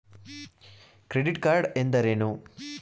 Credit card ಎಂದರೇನು?